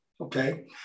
Okay